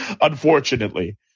unfortunately